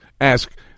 ask